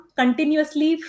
continuously